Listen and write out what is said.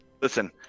Listen